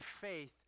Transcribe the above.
faith